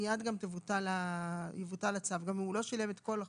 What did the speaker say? מייד יבוטל הצו גם אם הוא לא שילם את כל החוב.